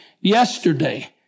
yesterday